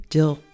Dill